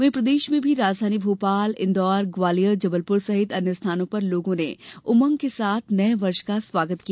वहीं प्रदेश में भी राजधानी भोपाल इन्दौर ग्वालियर जबलपुर सहित अन्य स्थानों पर लोगों ने उमंग के साथ नये वर्ष का स्वागत किया